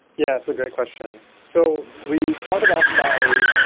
yeah, it's a great question. so we started off by,